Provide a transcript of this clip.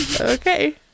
Okay